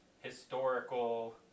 historical